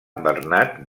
bernat